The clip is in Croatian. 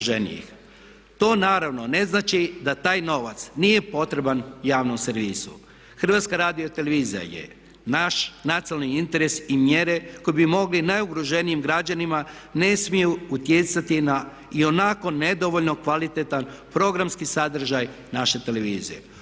To naravno ne znači da taj novac nije potreban javnom servisu. HRT je naš nacionalni interes i mjere koje bi mogle najugroženijim građanima ne smiju utjecati i na onako nedovoljno kvalitetan programski sadržaj naše televizije.